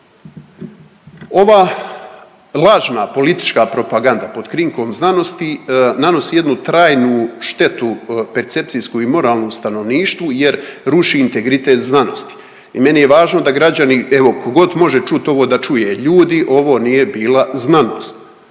Ova lažna politička propaganda pod krinkom znanosti nanosi jednu trajnu štetu percepcijsku i moralnom stanovništvu jer ruši integritet znanosti i meni je važno da građani, evo ko god može čut ovo da čuje, ljudi ovo nije bila znanost,